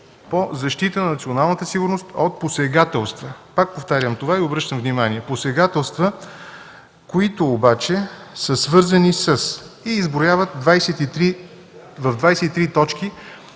по защита на националната сигурност от посегателства. Пак повтарям това и обръщам внимание – „посегателства, които обаче са свързани със” – и се изброяват в 23 точки